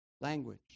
language